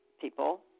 people